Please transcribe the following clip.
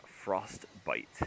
Frostbite